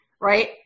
right